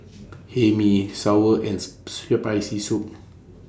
Hae Mee Sour and Spicy Soup